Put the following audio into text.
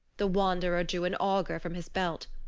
the wanderer drew an auger from his belt.